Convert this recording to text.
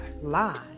Live